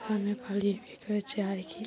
করছে আর কি